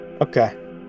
Okay